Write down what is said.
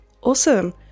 Awesome